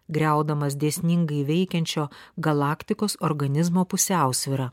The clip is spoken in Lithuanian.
griaudamas dėsningai veikiančio galaktikos organizmo pusiausvyrą